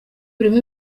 birimo